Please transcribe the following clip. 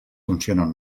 funcionen